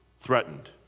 threatened